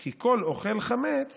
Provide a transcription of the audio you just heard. "כי כל אֹכל חמץ